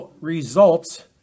results